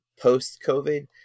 post-COVID